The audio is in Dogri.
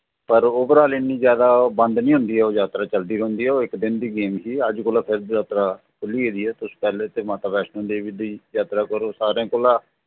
पर ओवरआल इन्नी जैदा बंद निं होंदी ऐ ओह् जात्तरा चलदी रौंह्दी ऐ और इक दिन दी गेम ही अज्ल कोला फिर जात्तरा खु'ल्ली गेदी ऐ तुस पैह्लें ते माता वैश्णों देवी दी जात्तरा करो सारें कोला